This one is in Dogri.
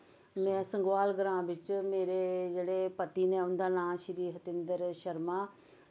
में संगोआल ग्रांऽ बिच्च मेरे जेह्ड़े पति नै उं'दा नांऽ श्री रविन्द्र शर्मा